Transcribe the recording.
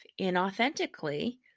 inauthentically